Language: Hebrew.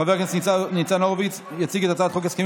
חבר הכנסת ניצן הורוביץ יציג את הצעת חוק הסכמים